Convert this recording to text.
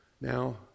Now